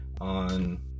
on